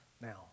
now